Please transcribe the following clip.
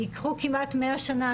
ייקחו כמעט מאה שנה,